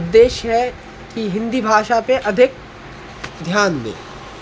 देश है कि हिंदी भाषा पे अधिक ध्यान दे